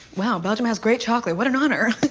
wow, belgium has great chocolate. what an honor!